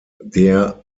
der